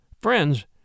friends